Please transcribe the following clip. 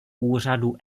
úřadu